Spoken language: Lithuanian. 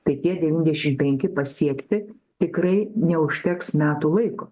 tai tie devyniasdešimt penki pasiekti tikrai neužteks metų laiko